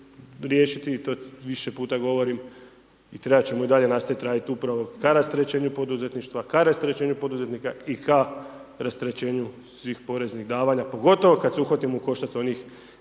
riješiti i to više puta govorim i trebat ćemo i dalje nastaviti raditi upravo k rasterećenju poduzetništva, k rasterećenju poduzetnika i k rasterećenju svih poreznih davanja pogotovo kada se uhvatimo u koštac onih